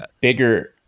bigger